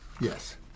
Yes